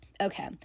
okay